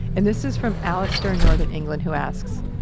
and this is from allister in northern england, who asks,